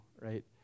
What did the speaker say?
right